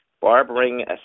barbering